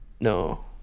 No